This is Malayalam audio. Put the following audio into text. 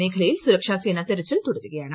മേഖലയിൽ സുരക്ഷാസേന തെരച്ചിൽ തുടരുകയാണ്